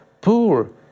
poor